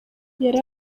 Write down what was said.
yari